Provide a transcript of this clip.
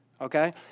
Okay